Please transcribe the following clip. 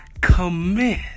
commit